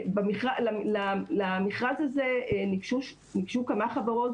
למכרז הזה ניגשו כמה חברות.